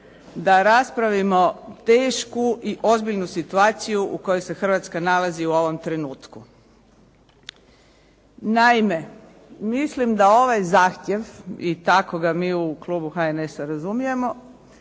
da raspravimo tešku i ozbiljnu situaciju u kojoj se Hrvatska nalazi u ovom trenutku. Naime, mislim da ovaj zahtjev i tako ga mi u klubu HNS-a razumijemo,